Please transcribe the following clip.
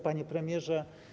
Panie Premierze!